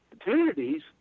opportunities